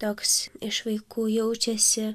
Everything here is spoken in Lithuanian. toks iš vaikų jaučiasi